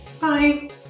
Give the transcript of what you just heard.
Bye